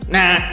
Nah